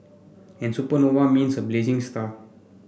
and supernova means a blazing star